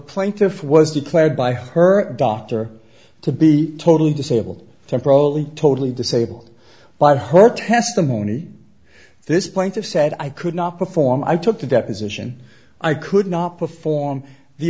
plaintiff was declared by her doctor to be totally disabled temporarily totally disabled by her testimony this point of said i could not perform i took the deposition i could not perform the